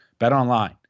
BetOnline